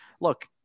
look